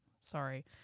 Sorry